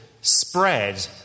spread